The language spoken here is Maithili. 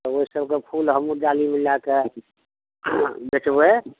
तऽ ओइ सबके फूल हमहुँ डालीमे लए कऽ बेचबय